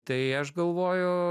tai aš galvoju